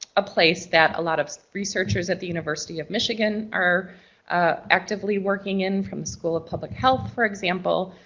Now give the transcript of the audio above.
a place that a lot of researchers at the university of michigan are actively working in, from the school of public health, for example.